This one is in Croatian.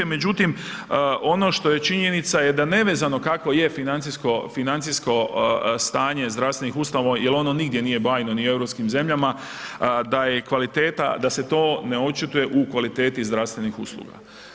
Međutim, ono što je činjenica je da nevezano kako je financijsko stanje zdravstvenih ustanova, jer ono nigdje nije bajno ni u europskim zemljama da je i kvaliteta, da se to ne očituje u kvaliteti zdravstvenih usluga.